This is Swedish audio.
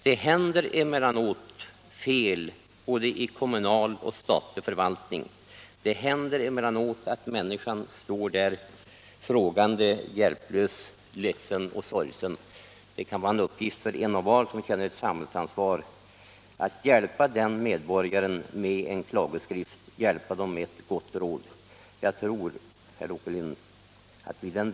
Det görs emellanåt fel i både kommunal och statlig förvaltning, det händer emellanåt att människan står där frågande, hjälplös och sorgsen. Det kan vara en uppgift för en och var som känner ett samhällsansvar att hjälpa den medborgaren med en klagoskrift eller goda råd.